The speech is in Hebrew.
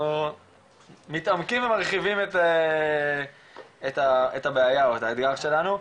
אנחנו מתעמקים ומרחיבים את הבעיה או את האתגר שלנו.